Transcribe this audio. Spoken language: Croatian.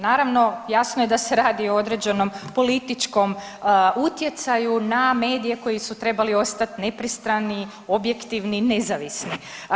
Naravno, jasno je da se radi o određenom političkom utjecaju na medije koje su trebali ostati nepristrani, objektivni, nezavisni.